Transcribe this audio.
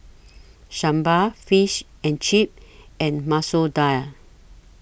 Sambar Fish and Chips and Masoor Dal